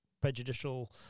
prejudicial